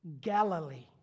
Galilee